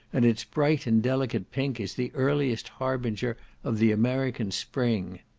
and its bright and delicate pink is the earliest harbinger of the american spring.